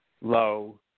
low